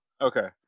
Okay